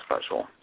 special